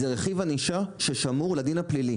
זה רכיב ענישה ששמור לדין הפלילי